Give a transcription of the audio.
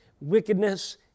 wickedness